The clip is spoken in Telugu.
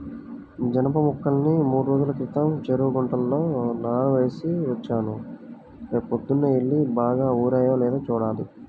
జనప మొక్కల్ని మూడ్రోజుల క్రితం చెరువు గుంటలో నానేసి వచ్చాను, రేపొద్దన్నే యెల్లి బాగా ఊరాయో లేదో చూడాలి